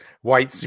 white